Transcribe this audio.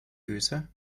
öse